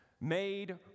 made